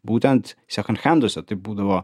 būtent sekondhenduose tai būdavo